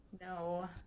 No